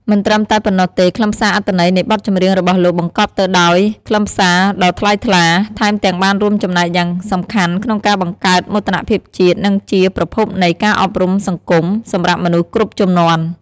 មិនត្រឹមតែប៉ុណ្ណោះទេ ខ្លឹមសារអត្ថន័នៃបទចម្រៀងរបស់លោកបង្កប់ទៅដោយខ្លឹមសារដ៏ថ្លៃថ្លា ថែមទាំងបានរួមចំណែកយ៉ាងសំខាន់ក្នុងការបង្កើត មោទនភាពជាតិ និងជាប្រភពនៃ ការអប់រំសង្គម សម្រាប់មនុស្សគ្រប់ជំនាន់ ។